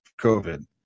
COVID